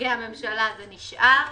נציגי הממשלה, זה נשאר,